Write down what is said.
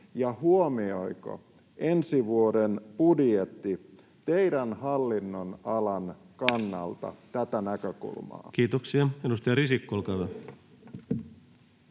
huomioiko ensi vuoden budjetti teidän hallinnonalanne kannalta tätä näkökulmaa? Kiitoksia. — Edustaja Risikko, olkaa hyvä.